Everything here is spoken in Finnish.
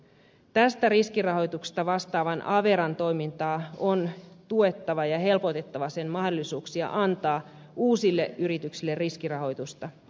tästä riskirahoituksesta vastaavan averan toimintaa on tuettava ja helpotettava sen mahdollisuuksia antaa uusille yrityksille riskirahoitusta